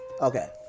okay